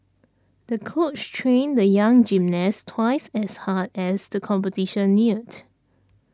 the coach trained the young gymnast twice as hard as the competition neared